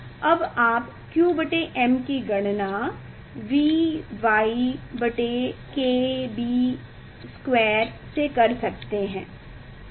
अब आप qm की गणना YV KB 2 से कर सकते हैं